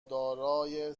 دارای